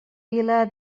vila